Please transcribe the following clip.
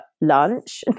lunch